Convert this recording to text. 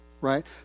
right